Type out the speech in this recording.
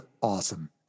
awesome